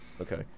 Okay